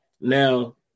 Now